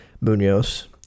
Munoz